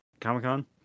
Comic-Con